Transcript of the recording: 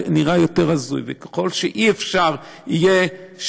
הצעת החוק שאני מבקשת להציג בפניכם,